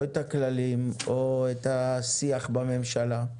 או את הכללים או את השיח בממשלה.